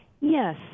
Yes